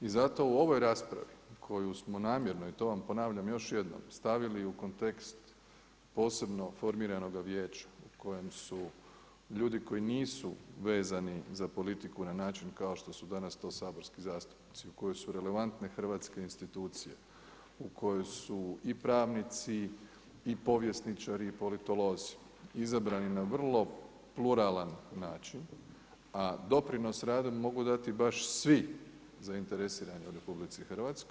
I zato u ovoj raspravi koju smo namjerno i to vam ponavljam još jednom stavili u kontekst posebno formiranoga vijeća u kojem su ljudi koji nisu vezani za politiku na način kao što su danas to saborski zastupnici u kojoj su relevantne hrvatske institucije, u kojoj su i pravnici i povjesničari i politolozi izabrani na vrlo pluralan način a doprinos radom mogu dati baš svi zainteresirani u RH.